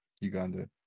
Uganda